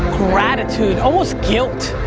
gratitude. almost guilt.